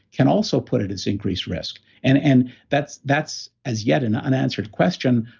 can also put it as increased risk. and and that's that's as yet and unanswered question,